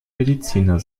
mediziner